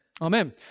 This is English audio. Amen